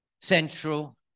Central